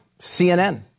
CNN